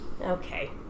Okay